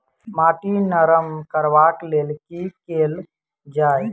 माटि नरम करबाक लेल की केल जाय?